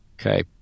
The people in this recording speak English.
Okay